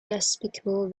despicable